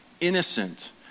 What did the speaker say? Innocent